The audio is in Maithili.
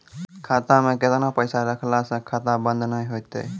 खाता मे केतना पैसा रखला से खाता बंद नैय होय तै?